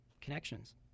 connections